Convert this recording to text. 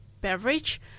beverage